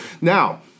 Now